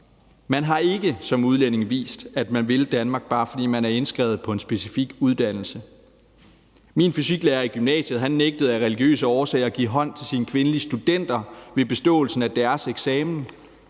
Man har ikke som udlænding vist, at man vil Danmark, bare fordi man er indskrevet på en specifik uddannelse. Min fysiklærer i gymnasiet nægtede af religiøse årsager at give hånd til sine kvindelige studenter ved beståelsen af deres eksamen;